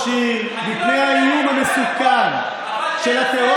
שאלת שאלה, אבל לא מעבר